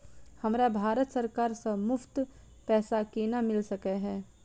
हमरा भारत सरकार सँ मुफ्त पैसा केना मिल सकै है?